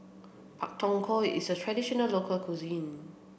Pak Thong Ko is a traditional local cuisine